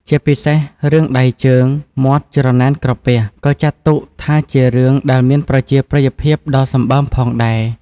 ជាពិសេសរឿងដៃ ជើង មាត់ច្រណែនក្រពះ ក៏ចាត់ទុកថាជារឿងដែលមានប្រជាប្រិយភាពដ៏សម្បើមផងដែរ។